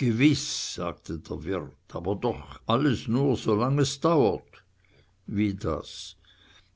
gewiß sagte der wirt aber doch alles nur solang es dauert wie das